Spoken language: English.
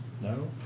No